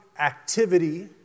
activity